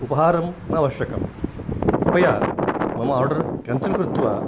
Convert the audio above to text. उपहारं न अवश्यकं कृपया मम आर्डर् केन्सल् कृत्वा